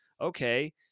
Okay